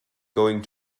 going